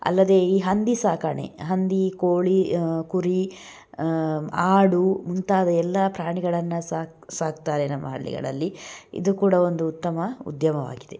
ಅಲ್ಲದೇ ಈ ಹಂದಿ ಸಾಕಾಣೆ ಹಂದಿ ಕೋಳಿ ಕುರಿ ಆಡು ಮುಂತಾದ ಎಲ್ಲಾ ಪ್ರಾಣಿಗಳನ್ನು ಸಾಕು ಸಾಕ್ತಾರೆ ನಮ್ಮ ಹಳ್ಳಿಗಳಲ್ಲಿ ಇದು ಕೂಡ ಒಂದು ಉತ್ತಮ ಉದ್ಯಮವಾಗಿದೆ